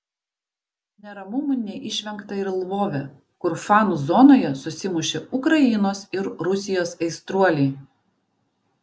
neramumų neišvengta ir lvove kur fanų zonoje susimušė ukrainos ir rusijos aistruoliai